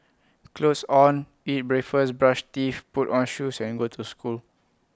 clothes on eat breakfast brush teeth put on shoes and go to school